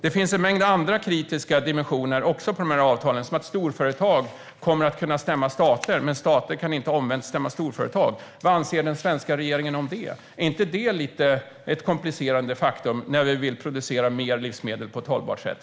Det finns en mängd andra kritiska dimensioner också på de här avtalen, till exempel att storföretag kommer att kunna stämma stater men stater omvänt inte kommer att kunna stämma storföretag. Vad anser den svenska regeringen om det? Är inte det ett komplicerande faktum när vi vill producera mer livsmedel på ett hållbart sätt?